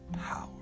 power